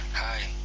hi